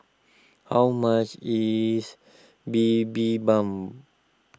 how much is Bibimbap